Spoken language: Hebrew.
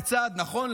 בצעד נכון,